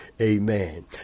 Amen